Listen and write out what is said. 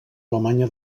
alemanya